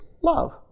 love